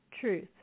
truth